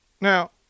Now